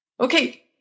okay